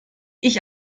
ich